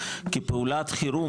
כפעולת חירום,